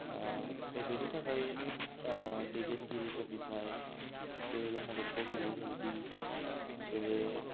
स' बेनि थाखाय दैदेनगिरिफोरनिफ्राय बेल' मददखौ बिनाय जायोदि बिसोरो